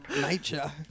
nature